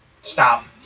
stop